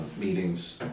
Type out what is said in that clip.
meetings